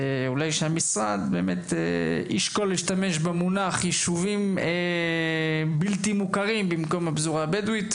שהמשרד ישקול להשתמש במונח ישובים בלתי מוכרים במקום הפזורה הבדואית.